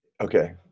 okay